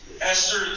Esther